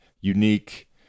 unique